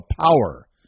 power